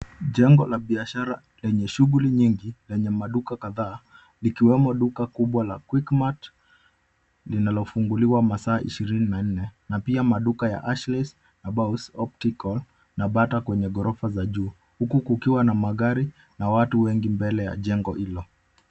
Jengo la biashara lenye shughuli nyingi lenye maduka kadhaa likiwemo duka kubwa la quickmart linalofunguliwa masaa ishirini na nne, na pia maduka ya Ashley's na baus optical na bata kwenye ghorofa za juu huku kukiwa na magari na watu wengi mbele ya jengo hilo.